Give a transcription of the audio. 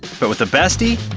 but with a bestie,